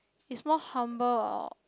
it's more humble